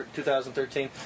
2013